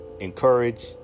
encourage